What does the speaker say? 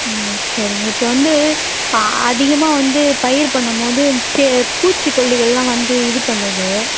ம் சரிங்க இப்போ வந்து அதிகமாக வந்து பயிர் பண்ணும் போது செ பூச்சிக்கொல்லிகள்லாம் வந்து இது பண்ணுது